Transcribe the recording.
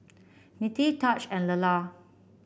Mettie Taj and Lelar